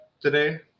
today